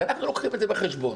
ואנחנו לוקחים את זה בחשבון.